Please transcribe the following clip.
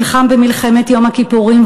שנלחם במלחמת יום הכיפורים,